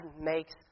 makes